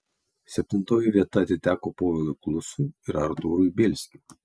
septintoji vieta atiteko povilui klusui ir artūrui bielskiui